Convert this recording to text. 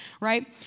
right